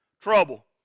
Trouble